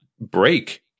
break